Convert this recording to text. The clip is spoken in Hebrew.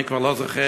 אני כבר לא זוכר,